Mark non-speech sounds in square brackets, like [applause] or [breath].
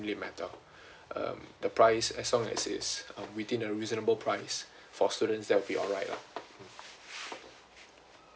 really matter [breath] um the price as long as it's um within a reasonable price [breath] for students that will be alright lah mm